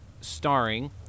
starring